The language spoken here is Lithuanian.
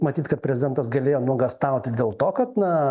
matyt kad prezidentas galėjo nuogąstauti dėl to kad na